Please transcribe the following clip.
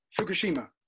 Fukushima